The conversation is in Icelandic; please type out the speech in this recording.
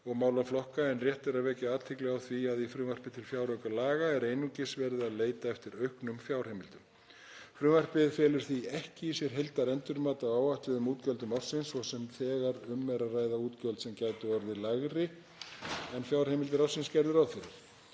og málaflokka en rétt er að vekja athygli á því að í frumvarpi til fjáraukalaga er einungis verið að leita eftir auknum fjárheimildum. Frumvarpið felur því ekki í sér heildarendurmat á áætluðum útgjöldum ársins svo sem þegar um er að ræða útgjöld sem gætu orðið lægri en fjárheimildir ársins gerðu ráð